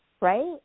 Right